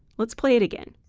let's play it again.